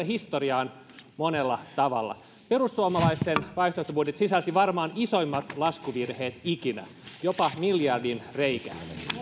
historiaan monella tavalla perussuomalaisten vaihtoehtobudjetti sisälsi varmaan isoimmat laskuvirheet ikinä jopa miljardin reikä